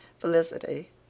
Felicity